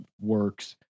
works